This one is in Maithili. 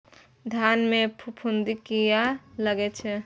धान में फूफुंदी किया लगे छे?